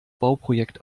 bauprojekt